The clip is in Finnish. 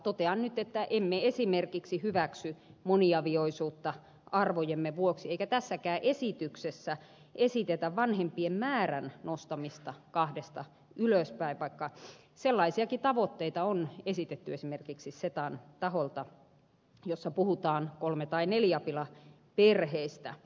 totean nyt että emme esimerkiksi hyväksy moniavioisuutta arvojemme vuoksi eikä tässäkään esityksessä esitetä vanhempien määrän nostamista kahdesta ylöspäin vaikka sellaisiakin tavoitteita on esitetty esimerkiksi setan taholta jossa puhutaan kolmi tai neliapilaperheistä